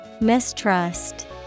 Mistrust